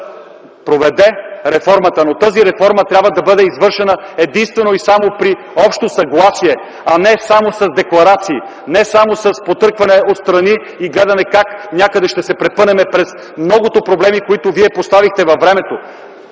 проведе реформата! Но тази реформа трябва да бъде извършена единствено и само при общо съгласие, а не само с декларации, не само с потъркване на ръце отстрани и гледане как някъде ще се препънем през многото проблеми, които вие поставихте във времето